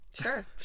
sure